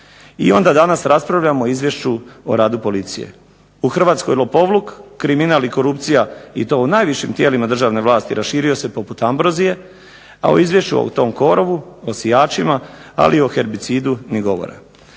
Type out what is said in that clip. i onda danas raspravljamo o izvješću o radu policije. U Hrvatskoj lopovluk, kriminal i korupcije i to u najvišim tijelima državne vlasti raširio se poput ambrozije, a u izvješću o tom korovu, o sijačima, ali i o herbicidu ni govora.